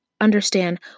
understand